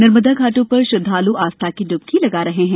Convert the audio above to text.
नर्मदा घाटों पर श्रद्वाल् आस्था की इबकी लगा रहे हैं